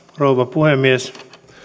rouva puhemies